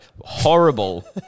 horrible